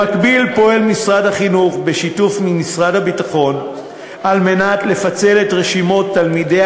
במקביל פועל משרד החינוך בשיתוף עם משרד הביטחון לפיצול רשימות תלמידי